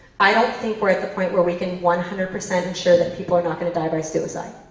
i don't think we're at the point where we can one hundred percent ensure that people are not going to die by suicide.